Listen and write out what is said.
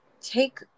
take